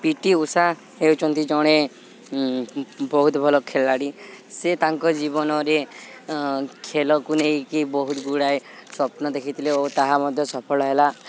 P T Usha ହେଉଛନ୍ତି ଜଣେ ବହୁତ ଭଲ ଖେଳାଳି ସେ ତାଙ୍କ ଜୀବନରେ ଖେଳକୁ ନେଇକି ବହୁତ ଗୁଡ଼ାଏ ସ୍ୱପ୍ନ ଦେଖିଥିଲେ ଓ ତାହା ମଧ୍ୟ ସଫଳ ହେଲା